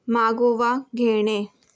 मागोवा घेणे